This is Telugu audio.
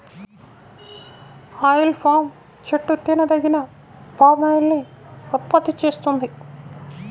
ఆయిల్ పామ్ చెట్టు తినదగిన పామాయిల్ ని ఉత్పత్తి చేస్తుంది